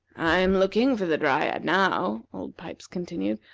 i am looking for the dryad now, old pipes continued,